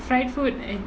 fried food and